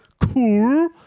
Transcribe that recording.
Cool